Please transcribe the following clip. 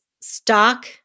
stock